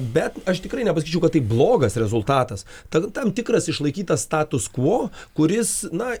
bet aš tikrai nepasakyčiau kad tai blogas rezultatas tad tam tikras išlaikytas status kvuo kuris na